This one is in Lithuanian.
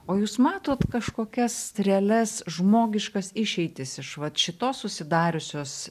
o jūs matote kažkokias realias žmogiškas išeitis iš vat šitos susidariusios